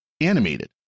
animated